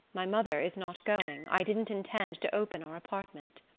my mother is not going. i didn't intend to open our apartment.